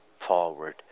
forward